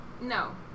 No